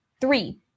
Three